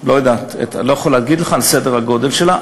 לא יודע, אני לא יכול להגיד לך על סדר-הגודל שלה.